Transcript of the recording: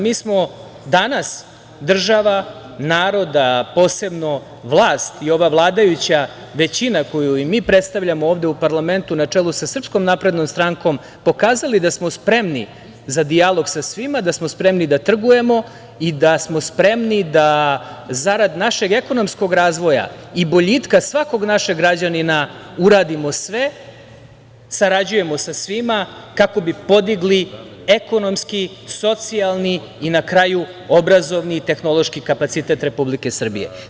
Mi smo danas država naroda, posebno vlast i ova vladajuća većina koju mi predstavljamo ovde u parlamentu na čelu sa SNS, pokazali da smo spremni za dijalog sa svima, da smo spremni da trgujemo i da smo spremni da, zarad našeg ekonomskog razvoja i boljitka svakog našeg građanina uradimo sve, sarađujemo sa svima, kako bi podigli ekonomski, socijalni i na kraju obrazovni i tehnološki kapacitet Republike Srbije.